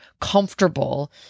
comfortable